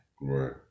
Right